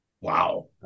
Wow